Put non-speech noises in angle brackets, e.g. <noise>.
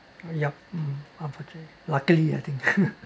yup mmhmm unfortunately luckily I think <laughs>